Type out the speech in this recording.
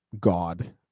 God